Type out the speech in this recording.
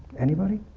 anybody?